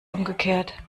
umgekehrt